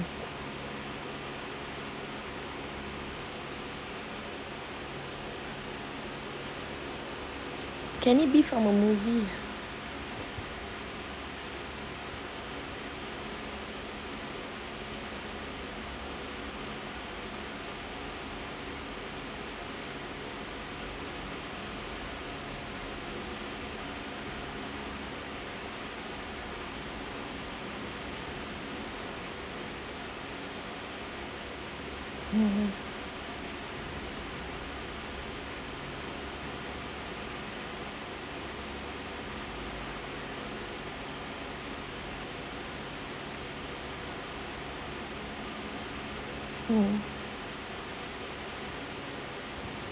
can it be from a movie ah mmhmm mm